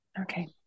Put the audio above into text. Okay